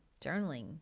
journaling